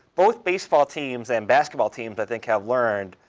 both baseball teams and basketball teams, i think, have learned,